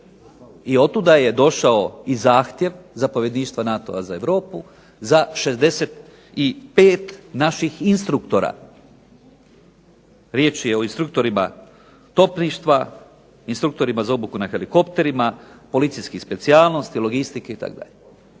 I otuda je došao i zahtjev zapovjedništva NATO-a za Europu za 65 naših instruktora. Riječ je o instruktorima topništva, instruktorima za obuku na helikopterima, policijskih specijalnosti, logistike itd.